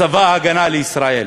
צבא ההגנה לישראל.